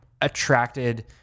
attracted